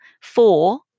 four